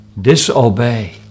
disobey